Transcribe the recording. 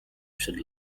przed